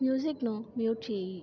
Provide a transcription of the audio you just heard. మ్యూజిక్ను mute చేయి